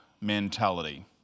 mentality